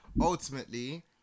ultimately